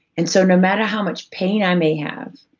and so no matter how much pain i may have,